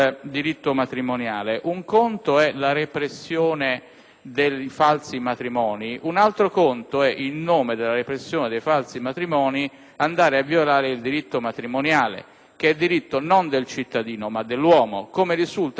dei falsi matrimoni, mentre un altro è, in nome di tale repressione, andare a violare il diritto matrimoniale, che è un diritto non del cittadino, ma dell'uomo, come risulta peraltro anche dalla formulazione della nostra Costituzione, all'articolo 29,